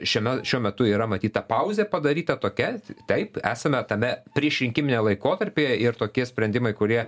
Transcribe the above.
šiame šiuo metu yra matyt ta pauzė padaryta tokia taip esame tame priešrinkiminiame laikotarpyje ir tokie sprendimai kurie